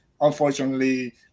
Unfortunately